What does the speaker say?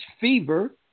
fever